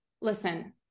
listen